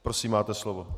Prosím, máte slovo.